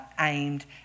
aimed